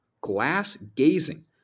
glass-gazing